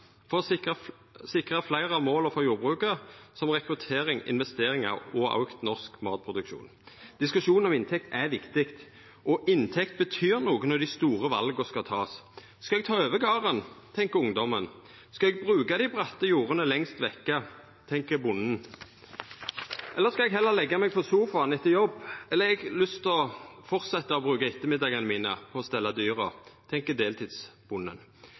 av målene for jordbruket, som rekruttering, investeringer og økt norsk matproduksjon.» Diskusjonen om inntekt er viktig. Inntekt betyr noko når dei store vala skal takast: Skal eg ta over garden, tenkjer ungdommen. Skal eg bruka dei bratte jorda lengst borte, tenkjer bonden. Skal eg heller leggja meg på sofaen etter jobb, eller har eg lyst til å fortsetja med å bruka ettermiddagen til å stella dyra, tenkjer deltidsbonden.